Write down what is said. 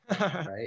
right